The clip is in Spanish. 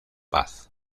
paz